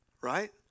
Right